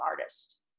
artist